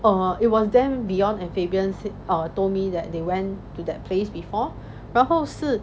err it was then dion and fabian err told me that they went to that place before 然后是